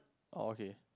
oh okay